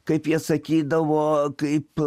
kaip jie sakydavo kaip